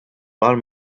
var